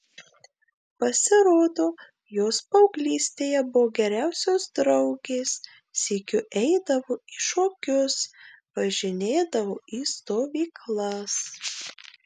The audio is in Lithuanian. pasirodo jos paauglystėje buvo geriausios draugės sykiu eidavo į šokius važinėdavo į stovyklas